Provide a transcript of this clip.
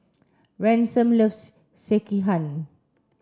Ransom loves Sekihan